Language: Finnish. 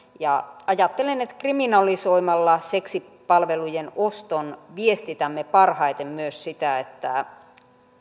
ja ajattelen että kriminalisoimalla seksipalvelujen oston viestitämme parhaiten myös sitä että